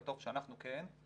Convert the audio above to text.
וטוב שאנחנו כן,